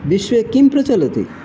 विश्वे किं प्रचलति